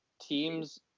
teams